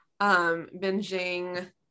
binging